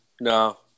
No